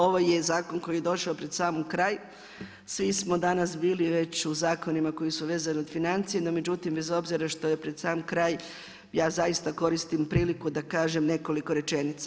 Ovo je zakon koji je došao pred sam kraj, svi smo danas bili već u zakonima koji su vezani uz financije no međutim, bez obzira što je pred sam kraj, ja zaista koristim priliku da kažem nekoliko rečenica.